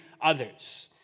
others